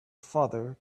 father